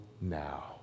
now